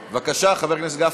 בבקשה, חבר הכנסת גפני.